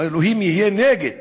אבל אלוהים יהיה נגד